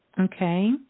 Okay